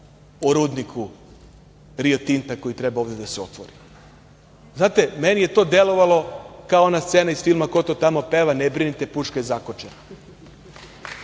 o rudniku „Rio Tinta“ koji treba da se ovde otvori. Znate, meni je to delovalo kao ona scena iz filma „Ko to tamo peva“ – „Ne brinite pušta je zakočena“.Kao